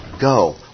go